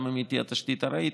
גם אם היא תהיה תשתית ארעית,